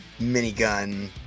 minigun